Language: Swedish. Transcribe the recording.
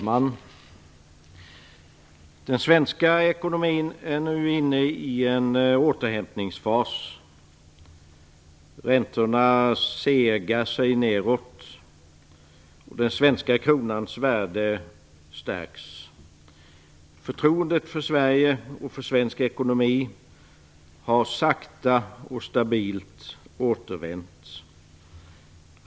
Fru talman! Den svenska ekonomin är nu inne i en återhämtningsfas. Räntorna segar sig nedåt och den svenska kronans värde stärks. Förtroendet för Sverige och för svensk ekonomi har sakta och stabilt återvänt.